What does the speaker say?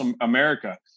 America